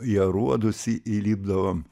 į aruodus į įlipdavom